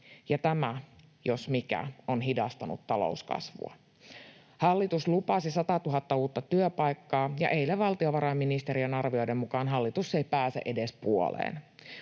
ja tämä jos mikä on hidastanut talouskasvua. Hallitus lupasi 100 000 uutta työpaikkaa, ja eilen valtiovarainministeriön arvioiden mukaan hallitus ei pääse edes puoleen,